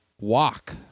Walk